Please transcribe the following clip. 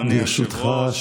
אדוני היושב-ראש,